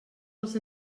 les